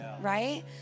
right